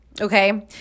okay